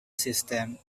system